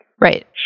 Right